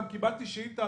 גם קיבלתי שאילתה,